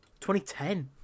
2010